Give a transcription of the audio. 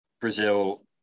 Brazil